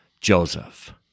Joseph